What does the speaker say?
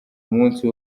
umunsi